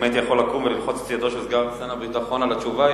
אם הייתי יכול לקום וללחוץ את ידו של סגן שר הביטחון על התשובה,